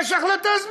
יש החלטה?